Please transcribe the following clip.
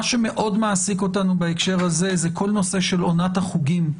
מה שמאוד מעסיק אותנו בהקשר הזה הוא כל הנושא של עונת החוגים,